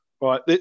Right